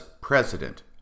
president